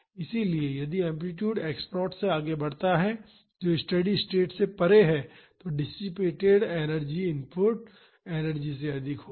इसलिए यदि amplitude x0 से आगे बढ़ता है जो स्टेडी स्टेट से परे है तो डिसिपेटड एनर्जी इनपुट एनर्जी से अधिक होगी